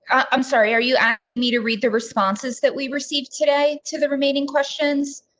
i'm sorry, are you asked me to read the responses that we received today to the remaining questions?